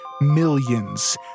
millions